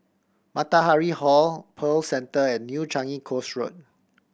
Matahari Hall Pearl Centre and New Changi Coast Road